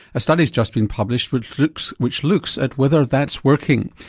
a study's just been published which looks which looks at whether that's working.